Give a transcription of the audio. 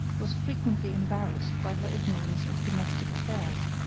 was frequently embarrassed by her ignorance of domestic affairs.